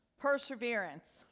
Perseverance